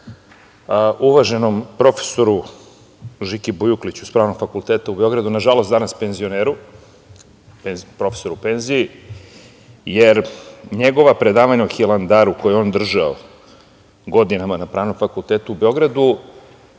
uvaženom profesoru Žiki Bujukliću s Pravnog fakulteta u Beogradu, nažalost danas penzioneru, profesoru u penziji, jer su njegova predavanja o Hilandaru koja je on držao godinama na Pravnom fakultetu u Beogradu